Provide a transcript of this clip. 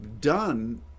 done